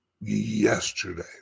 yesterday